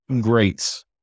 greats